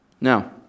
Now